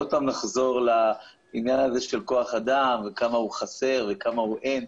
ועוד פעם נחזור לעניין הזה של כוח אדם וכמה הוא חסר וכמה הוא אין,